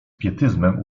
pietyzmem